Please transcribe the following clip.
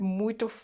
muito